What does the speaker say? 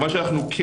הקוהרנטיות הייתה